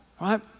Right